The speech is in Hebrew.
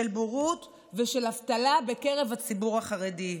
של בורות ושל אבטלה בקרב הציבור החרדי.